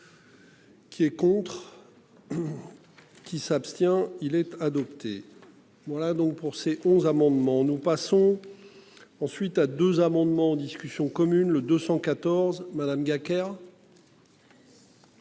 Qui est contre. Qui s'abstient il être adopté. Voilà donc pour c'est 11 amendements, nous passons. Ensuite à 2 amendements en discussion commune le 214 Madame Gacquerre.